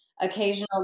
occasional